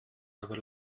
aber